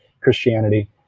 christianity